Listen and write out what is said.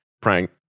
Prank